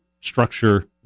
structure